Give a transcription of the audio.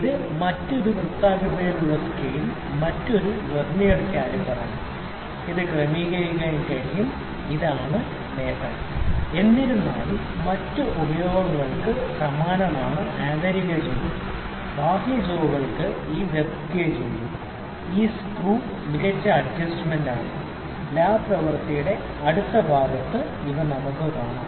ഇത് മറ്റൊരു വൃത്താകൃതിയിലുള്ള സ്കെയിലുള്ള മറ്റൊരു വെർനിയർ കാലിപ്പറാണ് ഇത് ക്രമീകരിക്കാൻ കഴിയും ഇതാണ് നേട്ടം എന്നിരുന്നാലും മറ്റ് ഉപയോഗങ്ങൾക്ക് സമാനമാണ് ആന്തരിക ജോ ബാഹ്യ ജോകൾക്ക് ഈ ഡെപ്ത് ഗേജ് ഉണ്ട് ഈ സ്ക്രൂ മികച്ച അഡ്ജസ്റ്റ്മെന്റ് സ്ക്രൂ ആണ് ലാബ് പ്രവർത്തിയുടെ അടുത്ത ഭാഗത്തേക്ക് നമുക്ക് ഇവ കാണാം